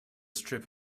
strip